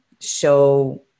show